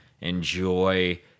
Enjoy